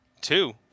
Two